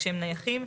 כשהם נייחים,